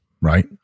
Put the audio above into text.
right